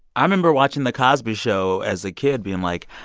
i remember watching the cosby show as a kid, being like,